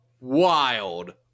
wild